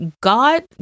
God